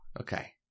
Okay